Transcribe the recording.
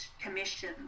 commission